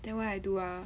then what I do ah